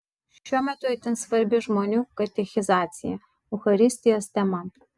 šiuo metu itin svarbi žmonių katechizacija eucharistijos tema